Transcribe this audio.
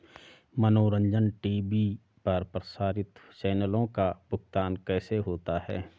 मनोरंजन टी.वी पर प्रसारित चैनलों का भुगतान कैसे होता है?